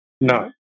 no